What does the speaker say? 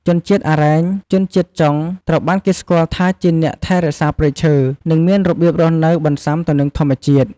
ជនជាតិអារ៉ែង ជនជាតិចុង ត្រូវបានគេស្គាល់ថាជាអ្នកថែរក្សាព្រៃឈើ និងមានរបៀបរស់នៅបន្សាំទៅនឹងធម្មជាតិ។